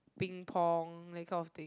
ping-pong that kind of thing